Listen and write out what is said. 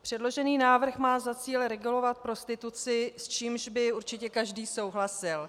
Předložený návrh má za cíl regulovat prostituci, s čímž by určitě každý souhlasil.